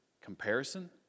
comparison